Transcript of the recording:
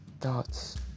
thoughts